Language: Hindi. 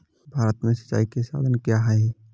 भारत में सिंचाई के साधन क्या है?